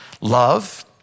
Love